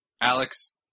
Alex